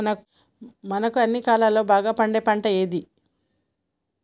మనకు అన్ని కాలాల్లో బాగా పండే పంట ఏది?